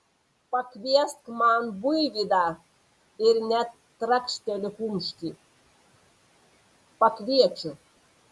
pakviesk man buivydą ir net trakšteli kumštį pakviečiu